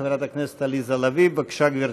חברת הכנסת עליזה לביא, בבקשה, גברתי.